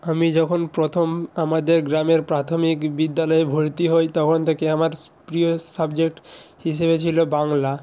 আমি যখন প্রথম আমাদের গ্রামের প্রাথমিক বিদ্যালয়ে ভর্তি হই তখন থেকেই আমার প্রিয় সাবজেক্ট হিসেবে ছিল বাংলা